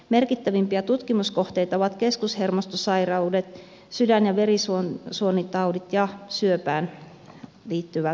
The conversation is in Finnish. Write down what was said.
merkittävimpiä tutkimuskohteita ovat keskushermostosairaudet sydän ja verisuonitaudit ja syöpään liittyvä tutkimus